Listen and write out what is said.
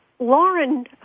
Lauren